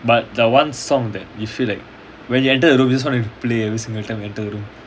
but the one song that you feel like when you enter the room you just want to play every single time you enter your room